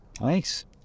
Nice